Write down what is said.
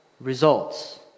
results